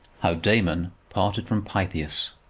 how damon parted from pythias.